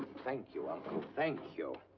thank you uncle, thank you!